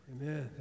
Amen